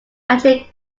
factory